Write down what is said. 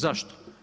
Zašto?